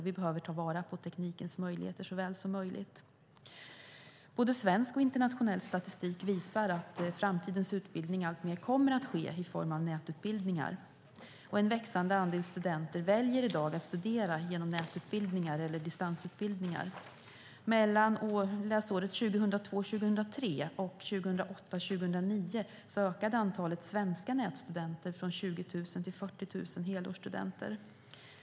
Vi behöver ta vara på teknikens möjligheter så väl som möjligt. Svensk och internationell statistik visar att framtidens utbildning alltmer kommer att ske i form av nätutbildning. En växande andel studenter väljer i dag att studera via nätutbildningar eller distansutbildningar. Mellan läsåren 2002 09 ökade antalet svenska nätstudenter från 20 000 till 40 000 helårsstudenter.